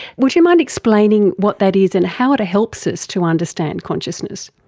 would you mind explaining what that is and how it helps us to understand consciousness?